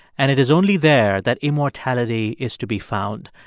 and it is only there that immortality is to be found.